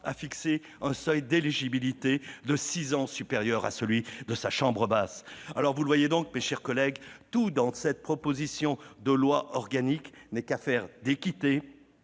à fixer un seuil d'éligibilité de six ans supérieur à celui de la chambre basse. Vous le voyez, mes chers collègues, tout dans cette proposition de loi organique n'est qu'affaire d'équité,